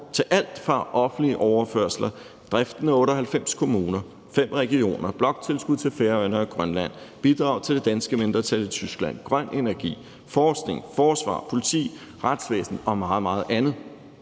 til alt fra offentlige overførsler, driften af 98 kommuner, fem regioner, bloktilskud til Færøerne og Grønland, bidrag til det danske mindretal i Tyskland, grøn energi, forskning, forsvar, politi, retsvæsen og til meget,